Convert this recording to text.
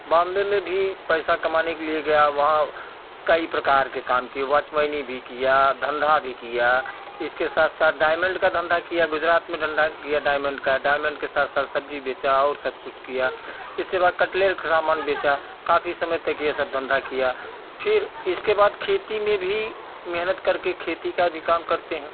बॉम्बे में भी पैसा कमाने के लिए गया वहाँ कई प्रकार के काम किए वाचमैनी भी किया धंधा भी किया इसके साथ साथ डायमंड का धंधा किया गुजरात में डंडा किया डायमंड का डायमंड के साथ साथ सब्जी बेचा और सब कुछ किया इसके बाद कटलेट सामान बेचा काफ़ी समय तक ये सब धंधा किया फिर इसके बाद खेती में भी मेहनत करके खेती का भी काम करते हैं